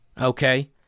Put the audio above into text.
Okay